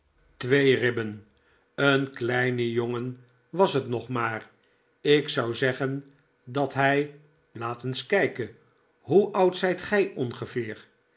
twee david copperfield ribben een kleine jongen was het nog maar ik zou zeggen dat hij laat eens kijken hoe oud zijt gij ongeveer